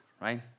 right